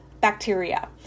bacteria